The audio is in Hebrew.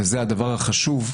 וזה הדבר החשוב,